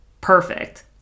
perfect